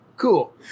Cool